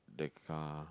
that car